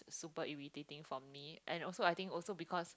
super irritating for me and also I think also because